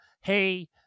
hey